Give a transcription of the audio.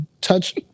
touch